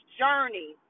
journey